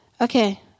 okay